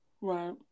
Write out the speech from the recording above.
right